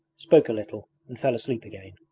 spoke a little, and fell asleep again.